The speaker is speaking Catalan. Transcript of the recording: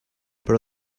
però